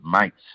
mates